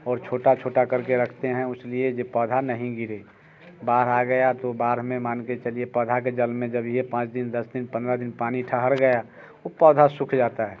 और छोटा छोटा करके रखते हैं उस लिए जो पौधा नहीं गिरे बाड़ आ गई तो बाड में मान कर चलिए पौधे में जब ये पाँच दिन दस दिन पंद्रह दिन पानी ठहर गया वो पौधा सूख जाता है